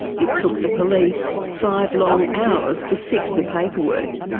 it took the police five long hours to fix the paperwork,